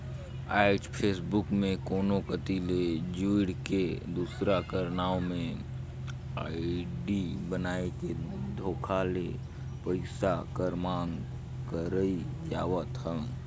आएज फेसबुक में कोनो कती ले जुइड़ के, दूसर कर नांव में आईडी बनाए के धोखा ले पइसा कर मांग करई जावत हवे